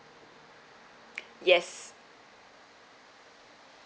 yes